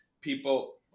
people